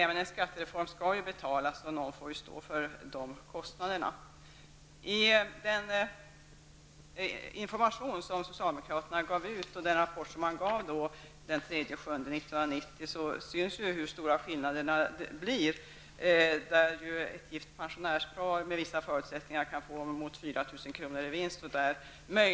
Även en skattereform skall ju betalas, och någon måste stå för kostnaderna. juli 1990 syns hur stora skillnaderna blir bland pensionärerna till följd av skattereformen. Ett gift pensionärspar kan under vissa förutsättningar få 4 000 kr. i vinst.